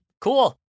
cool